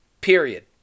period